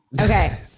Okay